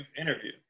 interview